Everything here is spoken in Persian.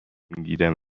میدیدم